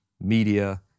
media